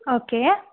okay